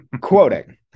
quoting